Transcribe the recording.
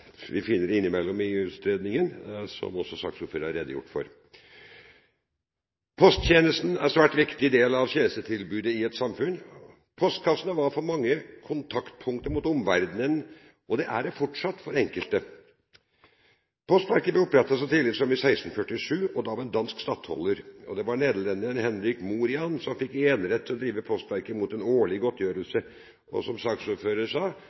vi finner innimellom i innstillingen, som også saksordføreren har redegjort for. Posttjenesten er en svært viktig del av tjenestetilbudet i et samfunn. Postkassene var for mange kontaktpunktet mot omverdenen, og er det fortsatt for enkelte. Postverket ble opprettet så tidlig som i 1647 av en dansk stattholder. Det var nederlenderen Henrik Morian som fikk enerett til å drive Postverket mot en årlig godtgjørelse, og som saksordføreren sa,